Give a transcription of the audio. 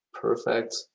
perfect